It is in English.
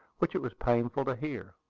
which it was painful to hear.